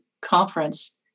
conference